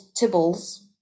Tibbles